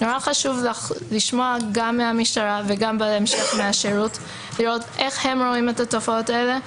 חשוב לשמוע גם מהמשטרה וגם מהשירות איך הם רואים את התופעות האלה,